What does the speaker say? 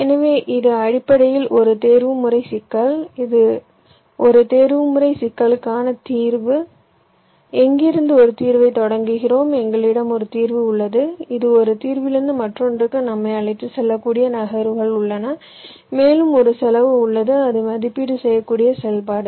எனவே இது அடிப்படையில் ஒரு தேர்வுமுறை சிக்கல் ஒரு தேர்வுமுறை சிக்கலுக்கான தீர்வு எங்கிருந்து ஒரு தீர்வைத் தொடங்குகிறோம் எங்களிடம் ஒரு தீர்வு உள்ளது இது ஒரு தீர்விலிருந்து மற்றொன்றுக்கு நம்மை அழைத்துச் செல்லக்கூடிய நகர்வுகள் உள்ளன மேலும் ஒரு செலவு உள்ளது அது மதிப்பீடு செய்யக்கூடிய செயல்பாடு